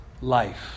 life